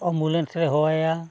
ambulance ᱞᱮ ᱦᱚᱦᱚ ᱟᱭᱟ